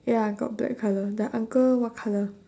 ya got black colour the uncle what colour